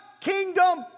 kingdom